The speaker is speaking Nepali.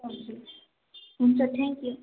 हजुर हुन्छ थ्याङ्कयू